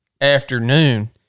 afternoon